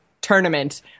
tournament